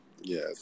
Yes